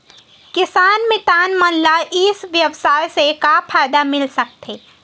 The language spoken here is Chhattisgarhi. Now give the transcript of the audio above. किसान मितान मन ला ई व्यवसाय से का फ़ायदा मिल सकथे?